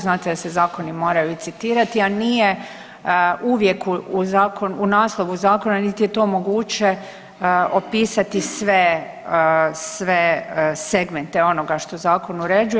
Znate da se zakoni moraju i citirati, a nije uvijek u naslovu zakona, niti je to moguće opisati sve segmente onoga što zakon uređuje.